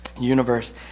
universe